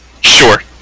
Sure